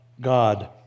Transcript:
God